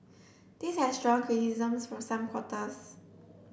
this has drawn criticisms from some quarters